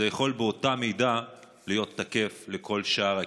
זה יכול באותה מידה להיות תקף לכל שאר הכינויים,